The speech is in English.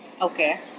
Okay